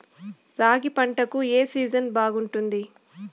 రాగి పంటకు, ఏ సీజన్ బాగుంటుంది?